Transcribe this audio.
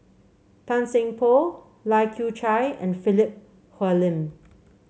Tan Seng Poh Lai Kew Chai and Philip Hoalim